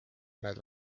mõned